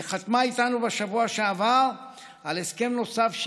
היא חתמה איתנו בשבוע שעבר על הסכם נוסף,